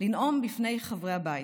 לנאום בפני חברי הבית.